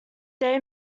they